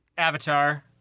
Avatar